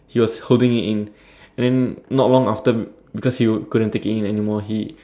he was holding it in and then not long after because he would couldn't take it in anymore he